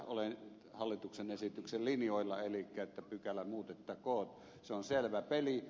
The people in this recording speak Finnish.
olen hallituksen esityksen linjoilla elikkä että pykälä muutettakoon se on selvä peli